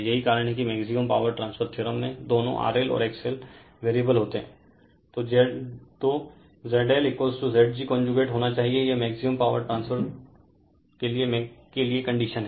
यही कारण है कि मैक्सिमम पावर ट्रांसफर थ्योरम में दोनों RL और XL वेरिएबल होते हैं तो ZLZg कोंजूगेट होना चाहिए यह मैक्सिमम पावर ट्रांसफर के लिए कंडीशन है